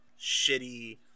shitty